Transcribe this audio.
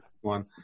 One